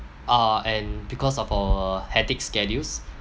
uh and because of our hectic schedules